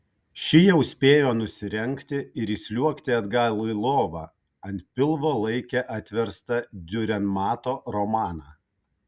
ši jau spėjo nusirengti ir įsliuogti atgal į lovą ant pilvo laikė atverstą diurenmato romaną